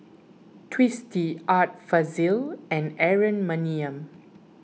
Twisstii Art Fazil and Aaron Maniam